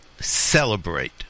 celebrate